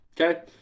Okay